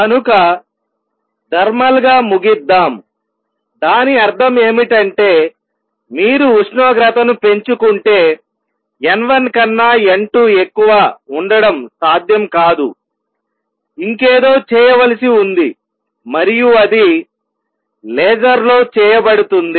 కనుక థర్మల్ గా ముగిద్దాం దాని అర్థం ఏమిటంటేమీరు ఉష్ణోగ్రతను పెంచుకుంటే n1 కన్నా n2 ఎక్కువ ఉండడం సాధ్యం కాదుఇంకేదో చేయవలసి ఉంది మరియు అది లేజర్లో చేయబడుతుంది